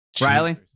Riley